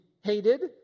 hated